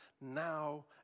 now